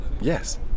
Yes